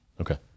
Okay